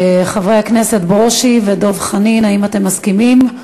חברי הכנסת ברושי ודב חנין, האם אתם מסכימים?